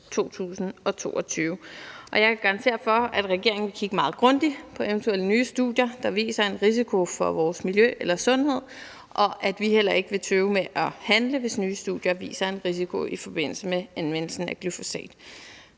2022. Jeg kan garantere for, at regeringen vil kigge meget grundigt på eventuelle nye studier, der viser en risiko for vores miljø eller sundhed, og at vi heller ikke vil tøve med at handle, hvis nye studier viser en risiko i forbindelse med anvendelsen af glyfosat.